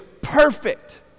perfect